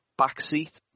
Backseat